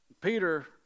Peter